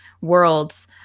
worlds